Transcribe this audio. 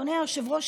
אדוני היושב-ראש,